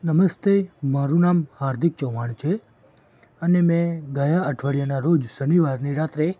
નમસ્તે મારું નામ હાર્દિક ચૌહાણ છે અને મેં ગયાં અઠવાડિયાનાં રોજ શનિવારની રાત્રે